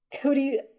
cody